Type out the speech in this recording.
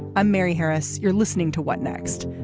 i'm mary harris. you're listening to what next.